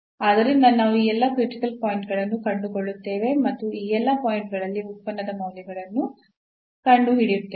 ಆದ್ದರಿಂದ ನಾವು ಈ ಎಲ್ಲಾ ಕ್ರಿಟಿಕಲ್ ಪಾಯಿಂಟ್ ಗಳನ್ನು ಕಂಡುಕೊಳ್ಳುತ್ತೇವೆ ಮತ್ತು ಈ ಎಲ್ಲಾ ಪಾಯಿಂಟ್ ಗಳಲ್ಲಿ ಉತ್ಪನ್ನದ ಮೌಲ್ಯಗಳನ್ನು ಕಂಡುಹಿಡಿಯುತ್ತೇವೆ